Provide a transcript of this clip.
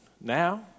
now